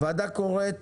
הוועדה קוראת